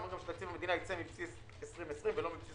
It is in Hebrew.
נאמר בו שתקציב המדינה ייצא מבסיס 2020 ולא מבסיס